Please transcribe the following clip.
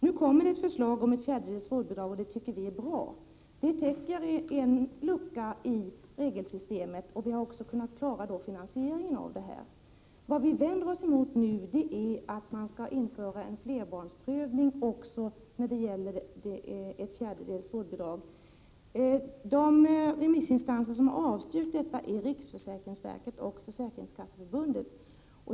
Nu kommer ett förslag om ett fjärdedels vårdbidrag, och det tycker vi är bra — det täcker en lucka i regelsystemet. Vi har också kunnat klara finansieringen av det. Vad vi nu vänder oss emot är att man vill införa en flerbarnsprövning också när det gäller ett fjärdedels vårdbidrag. De remissinstanser som har avstyrkt detta är riksförsäkringsverket och Försäkringskasseförbundet.